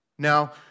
Now